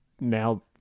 Now